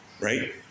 right